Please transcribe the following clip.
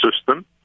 system